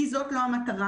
כי זו לא המטרה,